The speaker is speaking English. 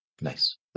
Nice